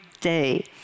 day